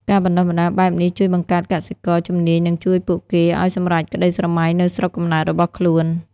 ការបណ្តុះបណ្តាលបែបនេះជួយបង្កើតកសិករជំនាញនិងជួយពួកគេឱ្យសម្រេចក្តីស្រមៃនៅស្រុកកំណើតរបស់ខ្លួន។